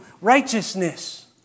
righteousness